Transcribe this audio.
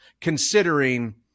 considering